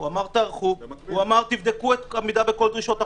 הוא אמר: תיערכו, תבדקו עמידה בכל דרישות החוק.